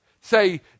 Say